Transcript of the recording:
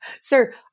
sir